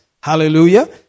Hallelujah